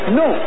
no